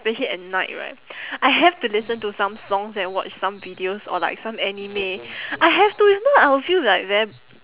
especially at night right I have to listen to some songs and watch some videos or like some anime I have to if not I will feel like very